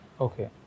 Okay